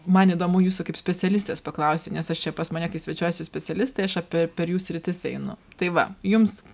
man įdomu jūsų kaip specialistės paklausiu nes aš čia pas mane kai svečiuojasi specialistai aš apie per jų sritis einu tai va jums